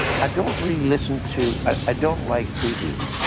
i don't really listen to, ah i don't like previews,